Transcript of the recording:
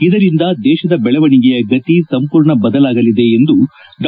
ಇದರಿಂದ ದೇಶದ ದೆಳವಣಿಗೆಯ ಗತಿ ಸಂಪೂರ್ಣ ಬದಲಾಗಲಿದೆ ಎಂದು ಡಾ